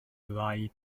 rhai